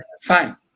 fine